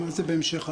מה זה "בהמשך היום"?